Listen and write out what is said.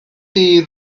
chi